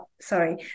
sorry